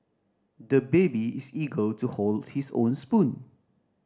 the baby is eager to hold his own spoon